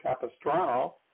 Capistrano